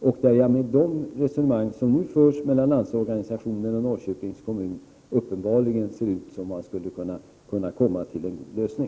I de resonemang som nu förs mellan Landsorganisationen och Norrköpings kommun ser det ut som om parterna skulle kunna komma fram till en lösning.